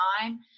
time